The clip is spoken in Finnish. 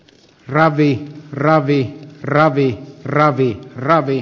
ravi ravi ravi kc ravi kc ravi